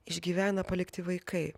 išgyvena palikti vaikai